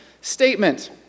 statement